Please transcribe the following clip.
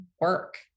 work